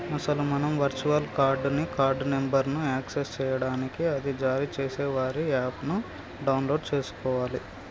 అసలు మనం virtual card ని కార్డు నెంబర్ను యాక్సెస్ చేయడానికి అది జారీ చేసే వారి యాప్ ను డౌన్లోడ్ చేసుకోవాలి